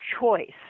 choice